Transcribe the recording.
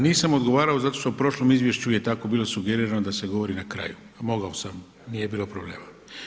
Nisam odgovarao zato što u prošlom izvješću je tako bilo sugerirano da se govori na kraju a mogao sam, nije bilo problema.